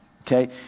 Okay